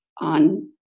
on